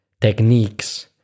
techniques